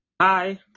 Hi